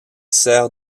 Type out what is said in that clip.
cerfs